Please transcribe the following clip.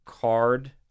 card